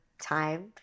time